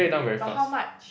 pay but how much